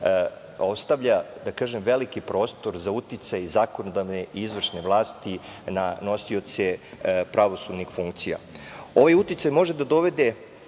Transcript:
ostavlja veliki prostor za uticaj zakonodavne i izvršne vlasti na nosioce pravosudnih funkcija. Ovaj uticaj može da dovede